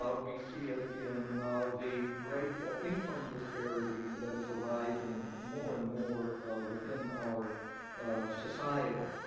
ah we see it in the great income disparity that is arising more and more within our society.